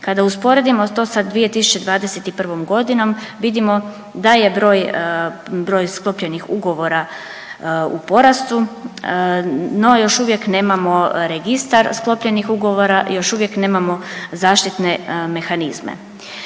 Kada usporedimo to sa 2021.g. vidimo da je broj sklopljenih ugovora u porastu, no još uvijek nemamo registar sklopljenih ugovora, još uvijek nemamo zaštitne mehanizme.